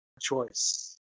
choice